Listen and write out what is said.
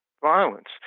violence